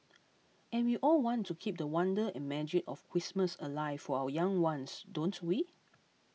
and we all want to keep the wonder and magic of Christmas alive for our young ones don't we